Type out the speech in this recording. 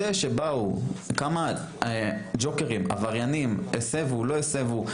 זה שבאו כמה ג'וקרים עבריינים שהסבו או לא הסבו,